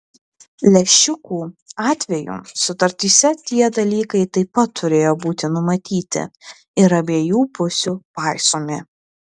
lęšiukų atveju sutartyse tie dalykai taip pat turėjo būti numatyti ir abiejų pusių paisomi